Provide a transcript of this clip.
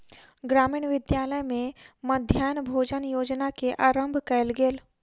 ग्रामीण विद्यालय में मध्याह्न भोजन योजना के आरम्भ कयल गेल